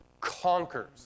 conquers